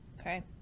Okay